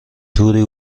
توری